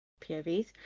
povs